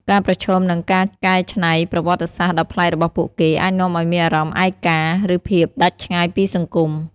ការប្រឈមនឹងការកែច្នៃប្រវត្តិសាស្រ្តដ៏ប្លែករបស់ពួកគេ អាចនាំឲ្យមានអារម្មណ៍ឯកា ឬភាពដាច់ឆ្ងាយពីសង្គម។